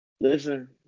Listen